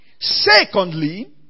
Secondly